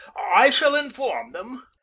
i shall inform them.